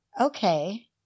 Okay